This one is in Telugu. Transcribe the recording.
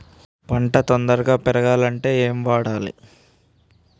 పంట తొందరగా పెరగాలంటే ఏమి వాడాలి?